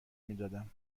میدادم